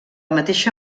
mateixa